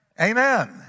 Amen